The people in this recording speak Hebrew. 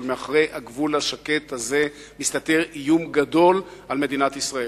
אבל מאחורי הגבול השקט הזה מסתתר איום גדול על מדינת ישראל.